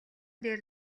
дээр